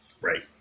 Right